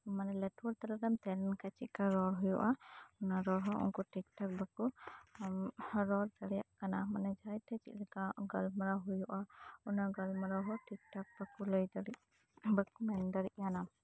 ᱢᱟᱱᱮ ᱞᱟᱴᱷᱩ ᱩᱛᱟᱹᱨᱮᱢ ᱛᱟᱦᱮᱸ ᱞᱮᱱᱠᱷᱟᱡ ᱪᱮᱜ ᱠᱟ ᱨᱚᱲ ᱦᱩᱭᱩᱜᱼᱟ ᱱᱚᱰᱮ ᱦᱚᱸ ᱩᱝᱠᱩ ᱴᱷᱤᱠ ᱴᱷᱟᱠ ᱫᱚᱠᱚ ᱨᱚᱲ ᱫᱟᱲᱮᱭᱟᱜ ᱠᱟᱱᱟ ᱢᱟᱱᱮ ᱡᱟᱦᱟᱸᱭ ᱴᱷᱮᱡ ᱪᱮᱜ ᱞᱮᱠᱟ ᱚᱝᱠᱟ ᱜᱟᱞᱢᱟᱨᱟᱣ ᱦᱩᱭᱩᱜᱼᱟ ᱚᱱᱟ ᱜᱟᱞᱢᱟᱨᱟᱣ ᱦᱚᱸ ᱴᱷᱤᱠ ᱴᱷᱟᱠ ᱵᱟᱠᱚ ᱞᱟᱹᱭ ᱫᱟᱲᱮᱜ ᱵᱟᱠᱚ ᱢᱮᱱ ᱫᱟᱲᱮᱜ ᱠᱟᱱᱟ